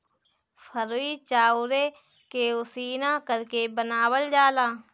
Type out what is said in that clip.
फरुई चाउरे के उसिना करके बनावल जाला